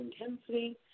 intensity